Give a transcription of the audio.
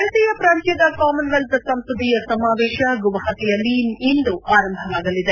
ಭಾರತೀಯ ಪ್ರಾಂತ್ಲದ ಕಾಮನ್ನೆಲ್ಲ್ ಸಂಸದೀಯ ಸಮಾವೇಶ ಗುವಾಹತಿಯಲ್ಲಿ ಇಂದು ಆರಂಭವಾಗಲಿದೆ